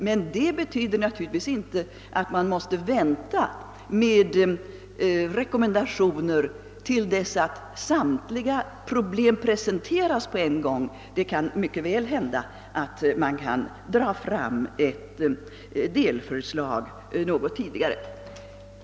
Men det betyder naturligtvis inte att man måste vänta med rekommendationer till dess samtliga problem på en gång presenteras; det kan mycket väl hända att man kan lägga fram delförslag något tidigare.